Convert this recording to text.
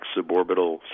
suborbital